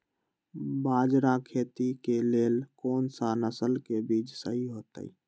बाजरा खेती के लेल कोन सा नसल के बीज सही होतइ?